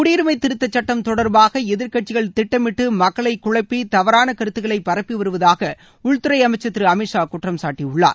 குடியுரினம திருத்தச் சுட்டம் தொடர்பாக எதிர்கட்சிகள் திட்டமிட்டு மக்களை குழப்பி தவறான கருத்துக்களைப் பரப்பி வருவதாக உள்துறை அமைச்சர் திரு அமித்ஷா குற்றம் சாட்டியுள்ளார்